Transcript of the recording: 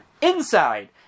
Inside